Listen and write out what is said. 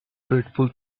dreadful